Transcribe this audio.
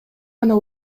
гана